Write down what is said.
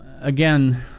Again